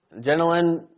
Gentlemen